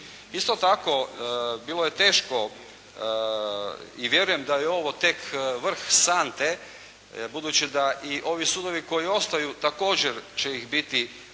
Isto tako bilo je teško i vjerujem da je ovo tek vrh sante budući da i ovi sudovi koji ostaju također će ih biti